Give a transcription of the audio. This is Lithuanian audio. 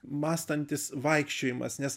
mąstantis vaikščiojimas nes